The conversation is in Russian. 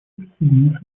присоединился